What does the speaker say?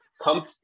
Come